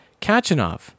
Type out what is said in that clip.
Kachanov